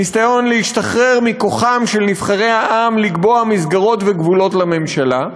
ניסיון להשתחרר מכוחם של נבחרי העם לקבוע מסגרות וגבולות לממשלה,